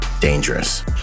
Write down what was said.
dangerous